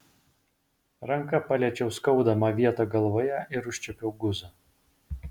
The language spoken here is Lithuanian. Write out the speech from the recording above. ranka paliečiau skaudamą vietą galvoje ir užčiuopiau guzą